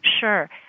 Sure